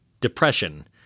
depression